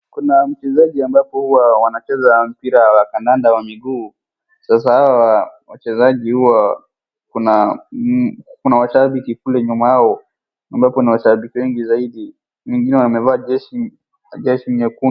Kuna mchezaji ambapo huwa wanacheza mpira wa kandanda wa miguu. Sasa hawa wachezaji huwa kuna washabiki kule nyuma yao ambapo ni washabiki wengi zaidi wengine wamevaa jeshi nyekundu.